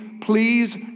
please